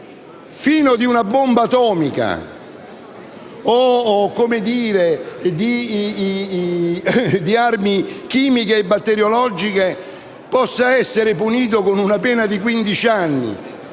di una bomba atomica o di armi chimiche o batteriologiche si possa essere puniti con una pena di quindici